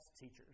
teachers